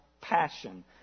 passion